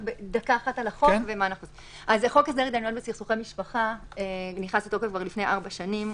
חוק הסדר התדיינויות בסכסוכי משפחה נכנס לתוקף כבר לפני ארבע שנים.